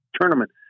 tournament